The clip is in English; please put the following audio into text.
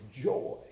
joy